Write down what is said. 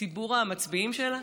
ציבור המצביעים שלה?